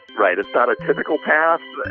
right, it's not a typical path,